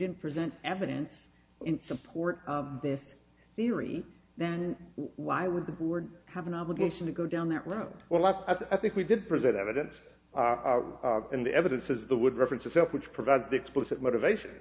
didn't present evidence in support of this theory then why would the board have an obligation to go down that road well as i think we did present evidence and the evidence is the wood reference itself which provides explicit motivation